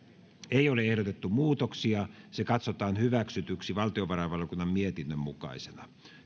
ei ole ehdotettu muutoksia se katsotaan hyväksytyksi valtiovarainvaliokunnan mietinnön mukaisena